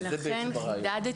וזה בעצם הרעיון.